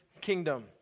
kingdom